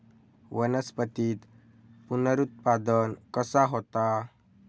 वनस्पतीत पुनरुत्पादन कसा होता?